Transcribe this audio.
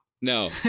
No